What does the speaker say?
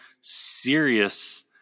serious